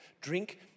drink